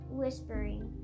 whispering